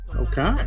Okay